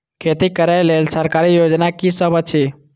खेती करै लेल सरकारी योजना की सब अछि?